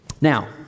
Now